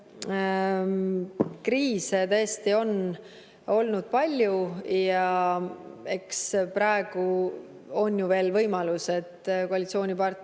kriise tõesti on olnud palju ja eks praegu on veel võimalus, et koalitsioonipartner